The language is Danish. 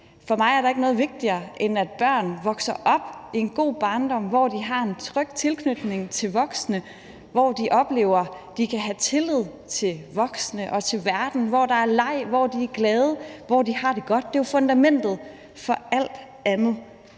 For mig er der ikke noget vigtigere, end at børn vokser op og har en god barndom, hvor de har en tryg tilknytning til voksne, hvor de oplever, at de kan have tillid til voksne og til verden, hvor der er leg, hvor de er glade, og hvor de har det godt. Det er jo fundamentet for alt andet.